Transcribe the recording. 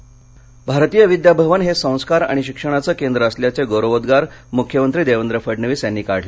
फडणवीस भारतीय विद्याभवन हे संस्कार आणि शिक्षणाचे केंद्र असल्याचे गौरवोद्वार मुख्यमंत्री देवेंद्र फडणवीस यांनी काढले